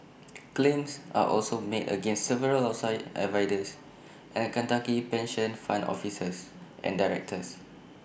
claims are also made against several outside advisers and Kentucky pension fund officers and directors